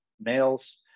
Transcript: males